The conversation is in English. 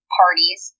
parties